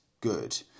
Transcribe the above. good